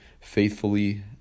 faithfully